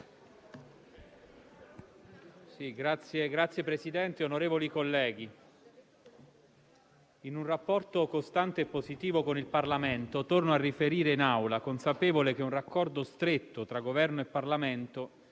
Presidente del Senato, onorevoli colleghi, in un rapporto costante e positivo con il Parlamento torno a riferire in Aula, consapevole che un raccordo stretto tra Governo e Parlamento